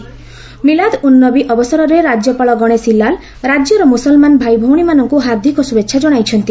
'ମିଲାଦ୍ ଉନ୍ ନବୀ' ଅବସରରେ ରାକ୍ୟପାଳ ଗଣେଶି ଲାଲ ରାକ୍ୟର ମୁସଲମାନ ଭାଇଭଉଣୀମାନଙ୍କୁ ହାର୍ଦିକ ଶୁଭେଛା କଣାଇଚନ୍ତି